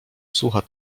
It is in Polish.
słucha